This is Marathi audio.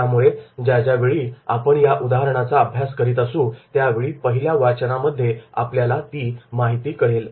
यामुळे ज्या ज्या वेळी आपण या उदाहरणाचा अभ्यास करीत असू त्यावेळी पहिला वाचनामध्ये आपल्या ती कळेल